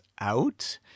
out